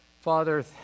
Father